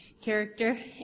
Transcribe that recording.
character